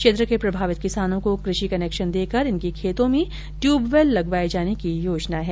क्षेत्र के प्रभावित किसानों को क षि कनेक्शन देकर उनके खेतों में ट्यूबवैल लगवाए जाने की योजना है